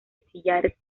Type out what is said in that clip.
sillares